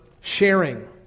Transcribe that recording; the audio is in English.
sharing